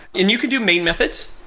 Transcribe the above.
and you can do main methods,